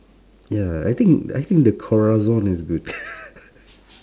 ya I think I think the corazon is good